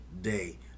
day